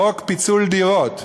חוק פיצול דירות.